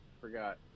Forgot